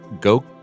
go